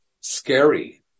scary